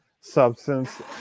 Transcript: substance